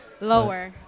Lower